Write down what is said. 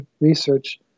research